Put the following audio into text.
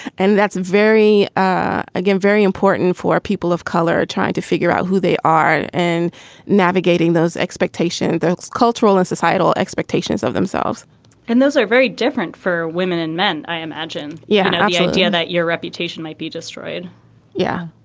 and that's very again, very important for people of color, trying to figure out who they are and navigating those expectations. that's cultural and societal expectations of themselves and those are very different for women and men, i imagine. imagine. yeah. that your reputation might be destroyed yeah.